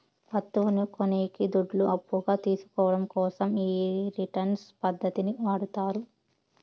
వత్తువును కొనేకి దుడ్లు అప్పుగా తీసుకోవడం కోసం ఈ రిటర్న్స్ పద్ధతిని వాడతారు